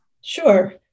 Sure